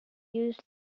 used